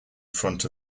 front